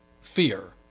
fear